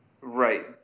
Right